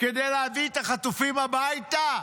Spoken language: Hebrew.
כדי להביא את החטופים הביתה.